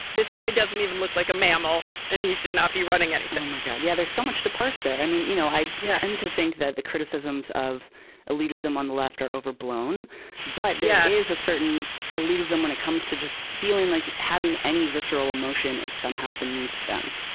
this guy doesn't even look like a mammal and he should not be running anything on my guy yeah. there's so much to pass there. i mean you know i. yeah. and to think that the criticisms of elitism on the left are overblown but yeah there is a certain elitism when it comes to just feeling like having any visceral emotion is somehow beneath them.